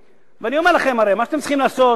אני אומר לכם הרי, מה שאתם צריכים לעשות